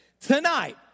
Tonight